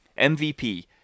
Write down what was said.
MVP